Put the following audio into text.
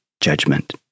judgment